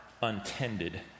untended